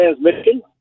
transmission